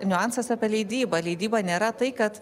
niuansas apie leidybą leidyba nėra tai kad